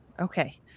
Okay